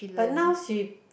but now she